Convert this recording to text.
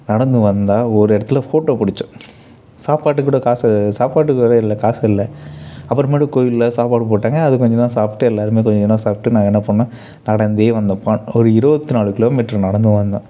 நடந்து வந்தால் ஒரு இடத்துல ஃபோட்டோ பிடிச்சோம் சாப்பாட்டுக்குக்கூட காசு சாப்பாட்டுக்குக்கூட இல்லை காசு இல்லை அப்புறமேட்டு கோயிலில் சாப்பாடு போட்டாங்க அது கொஞ்சம் நேரம் சாப்பிட்டு எல்லாருமே கொஞ்ச கொஞ்சமாக சாப்பிட்டு நாங்கள் என்ன பண்ணோம் நடந்தே வந்தோம் ப ஒரு இருபத்னாலு கிலோமீட்ரு நடந்து வந்தோம்